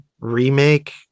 remake